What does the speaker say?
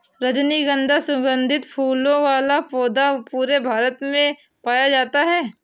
रजनीगन्धा सुगन्धित फूलों वाला पौधा पूरे भारत में पाया जाता है